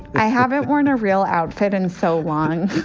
i haven't worn a real outfit in so long.